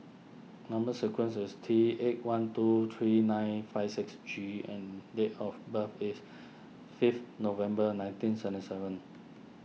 Number Sequence is T eight one two three nine five six G and date of birth is fifth November nineteen seventy seven